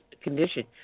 condition